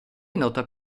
nota